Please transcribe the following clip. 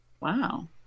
wow